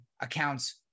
accounts